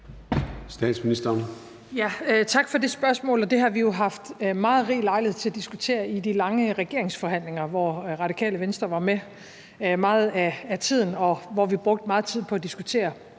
Tak for det spørgsmål. Det har vi jo haft rig lejlighed til at diskutere i de lange regeringsforhandlinger, hvor Radikale Venstre var med meget af tiden, og hvor vi brugte meget tid på at diskutere